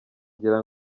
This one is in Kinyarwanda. ngira